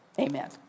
Amen